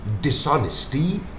dishonesty